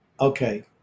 Okay